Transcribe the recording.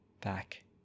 back